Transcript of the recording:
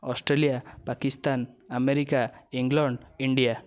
Australia Pakistan America England India